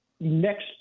Next